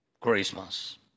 Christmas